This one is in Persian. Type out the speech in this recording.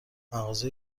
مغازه